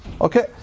Okay